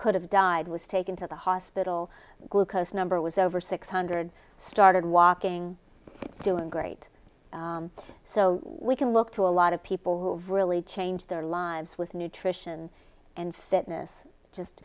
could have died was taken to the hospital glucose number was over six hundred started walking doing great so we can look to a lot of people who've really changed their lives with nutrition and fitness just